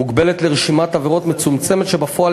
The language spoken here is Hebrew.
מוגבלת לרשימת עבירות מצומצמת שבפועל